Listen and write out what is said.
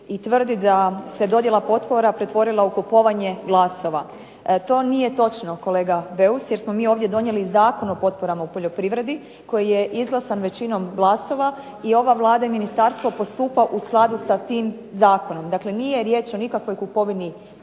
i tvrdi da se dodjela potpora pretvorila u kupovinu glasova. To nije točno kolega BEus jer smo mi ovdje donijeli Zakon o potporama poljoprivredi koji je izglasan većinom glasova i ova Vlada i Ministarstvo postupa u skladu sa tim Zakonom. Prema tome, nije riječ o kupovini